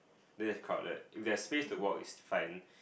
then it's crowded if there's space to walk it's fine